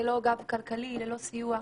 ללא גב כלכלי וללא סיוע,